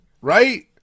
right